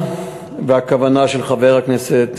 אם הכוונה של חבר הכנסת